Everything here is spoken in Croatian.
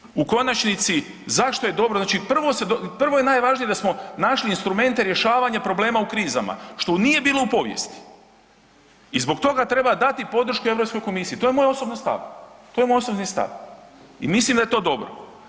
Druga stvar, u konačnici zašto je dobro, znači prvo se, prvo je najvažnije da smo našli instrumente rješavanja problema u krizama, što nije bilo u povijesti i zbog toga treba dati podršku Europskoj komisiji, to je moj osobni stav, to je moj osobni stav i mislim da je to dobro.